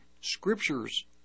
scriptures